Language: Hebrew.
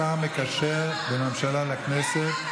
השר המקשר בין הממשלה לבין הכנסת,